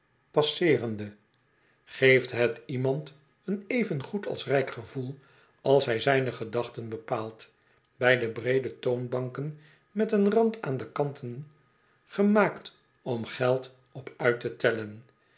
passeerende geeft het iemand een even goed als rijk gevoel als hij zijne gedachten bepaalt bij de breede toonbanken met een rand aan de kanten gemaakt om geld op uit te tellen